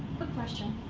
quick question.